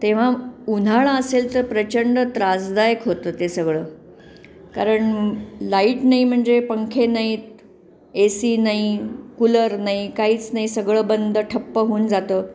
तेव्हा उन्हाळा असेल तर प्रचंड त्रासदायक होतं ते सगळं कारण लाईट नाही म्हणजे पंखे नाही आहेत ए सी नाही कूलर नाही काहीच नाही सगळं बंद ठप्प होऊन जातं